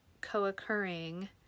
co-occurring